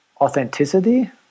authenticity